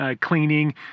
cleaning